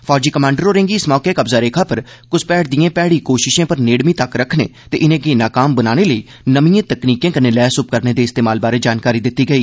फौजी कमांडर होरें'गी इस मौके कब्ज़ा रेखा पर घुसपैठ दिए मैड़ी कोशशें पर नेड़मी तक्क रक्खने ते इनें गी नाकाम बनाने लेई नमिए तकनीकें कन्नै लैस उपकरणें दे इस्तेमाल बारै जानकारी दित्ती गेई